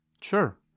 Sure